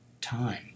time